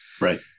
right